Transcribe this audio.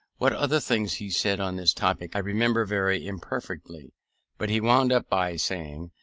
what other things he said on this topic i remember very imperfectly but he wound up by saying,